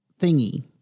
thingy